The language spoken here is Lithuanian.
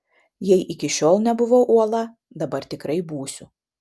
jei iki šiol nebuvau uola dabar tikrai būsiu